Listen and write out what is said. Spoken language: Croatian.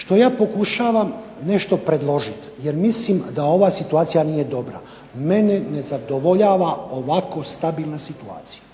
Što ja pokušavam nešto predložiti jer mislim da ova situacija nije dobra. Mene ne zadovoljava ovako stabilna situacija.